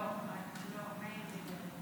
לא, היא אמרה שהיא לא מכירה את המילים,